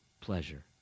pleasure